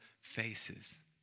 faces